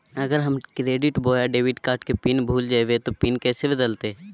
अगर हम क्रेडिट बोया डेबिट कॉर्ड के पिन भूल जइबे तो पिन कैसे बदलते?